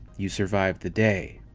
you survived the day.